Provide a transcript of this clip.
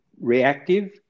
reactive